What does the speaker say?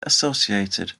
associated